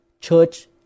church